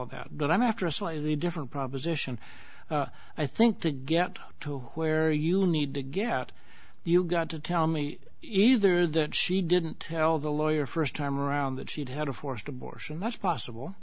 of that but i'm after a slightly different proposition i think to get to where you need to get you got to tell me either that she didn't tell the lawyer first time around that she'd had a forced abortion that's possible